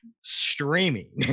streaming